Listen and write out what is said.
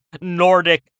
Nordic